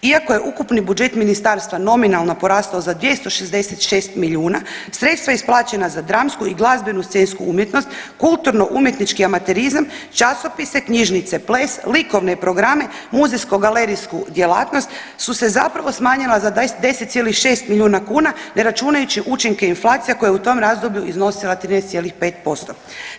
Iako je ukupni budžet ministarstva nominalno porastao za 266 milijuna sredstava isplaćena za dramsku i glazbenu scensku umjetnost, kulturno umjetnički amaterizam, časopise, knjižnice, ples, likovne programe, muzejsko galerijsku djelatnost, su se zapravo smanjila za 10,6 milijuna kuna ne računajući učinke inflacija koja je u tom razdoblju iznosila 13,5%